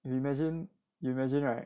imagine you imagine right